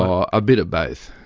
ah a bit of both.